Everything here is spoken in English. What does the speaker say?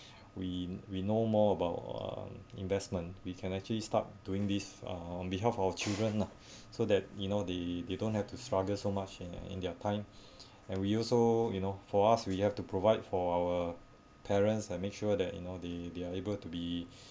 we we know more about uh investment we can actually start doing this uh on behalf our children lah so that you know they they don't have to struggle so much in in their time and we also you know for us we have to provide for our parents and make sure that you know they they are able to be